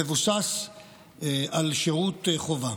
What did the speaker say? המבוסס על שירות חובה.